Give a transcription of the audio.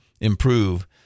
improve